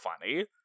funny